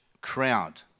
crowd